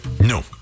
No